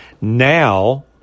Now